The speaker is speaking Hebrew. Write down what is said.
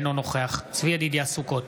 אינו נוכח צבי ידידיה סוכות,